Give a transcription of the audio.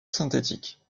synthétique